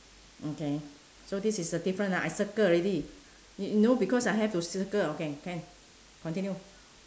okay so this is a difference ah I circle already y~ no because I have to circle okay can continue